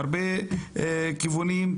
הרבה כיוונים,